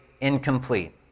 incomplete